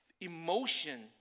emotion